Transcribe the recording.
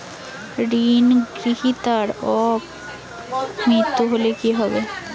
ঋণ গ্রহীতার অপ মৃত্যু হলে কি হবে?